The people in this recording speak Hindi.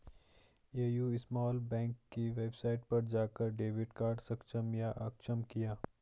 ए.यू स्मॉल बैंक की वेबसाइट पर जाकर डेबिट कार्ड सक्षम या अक्षम किया